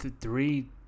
three